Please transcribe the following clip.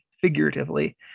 figuratively